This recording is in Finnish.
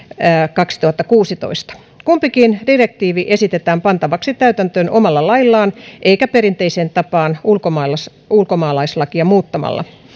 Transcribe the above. kaksituhattakuusitoista kumpikin direktiivi esitetään pantavaksi täytäntöön omalla laillaan eikä perinteiseen tapaan ulkomaalaislakia muuttamalla